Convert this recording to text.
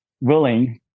willing